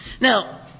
Now